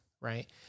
right